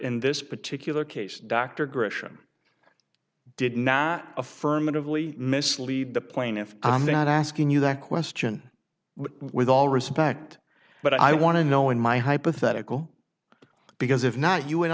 in this particular case dr grisham did not affirmatively mislead the plaintiff i'm not asking you that question with all respect but i want to know in my hypothetical because if not you and